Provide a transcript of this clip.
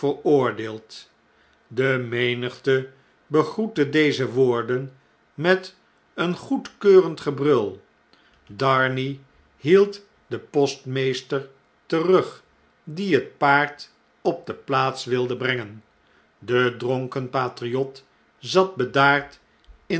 oordeeld de menigte begroette deze woorden met een goedkeurend gebrul darnay hield den postmeester terug die het paard op de plaats wilde brengen de dronken patriot zatbedaard